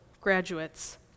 graduates